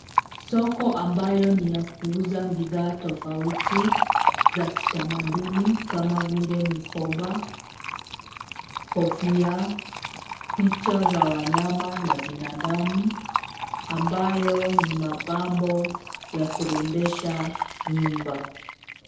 Soko ambayo ni ya kuuza bidhaa tofauti za kitamaduni kama vile mikoba, kofia, picha za wanyama na binadamu ambayo ni mapambo ya kurembesha nyumba.